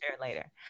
later